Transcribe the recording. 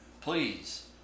Please